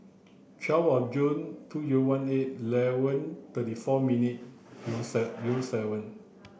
twelve of June two zero one eight eleven thirty four minutes zero zero seven